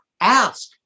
ask